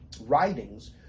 writings